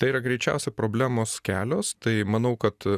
tai yra greičiausia problemos kelios tai manau kad